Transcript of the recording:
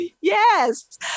yes